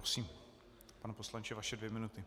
Prosím, pane poslanče, vaše dvě minuty.